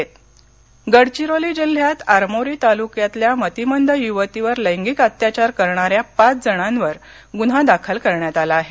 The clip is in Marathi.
अत्याचार गडचिरोली गडघिरोली जिल्ह्यात आरमोरी तालुक्यातल्या मतीमंद युवतीवर लैंगिक अत्याचार करणाऱ्या पाच जणांवर गुन्हा दाखल करण्यात आला आहे